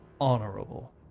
honorable